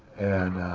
and